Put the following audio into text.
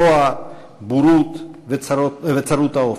רוע, בורות וצרות אופקים?